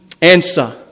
Answer